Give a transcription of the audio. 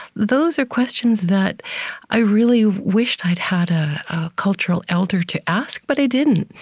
those are questions that i really wished i'd had a cultural elder to ask, but i didn't,